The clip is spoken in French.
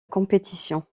compétition